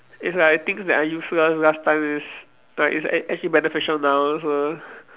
it's like things that are useless last time is like is ac~ actually beneficial now so